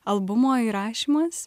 albumo įrašymas